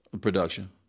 Production